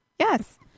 Yes